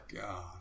god